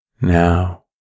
Now